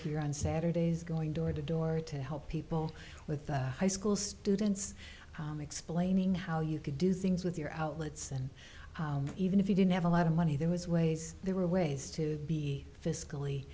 here on saturdays going door to door to help people with high school students explaining how you could do things with your outlets and even if you didn't have a lot of money there was ways there were ways to be fiscally